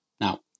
Now